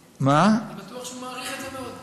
אני בטוח שהוא מעריך את זה מאוד.